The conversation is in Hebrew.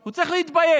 הוא צריך להתבייש.